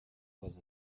was